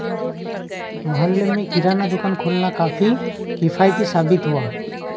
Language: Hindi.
मोहल्ले में किराना दुकान खोलना काफी किफ़ायती साबित हुआ